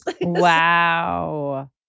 Wow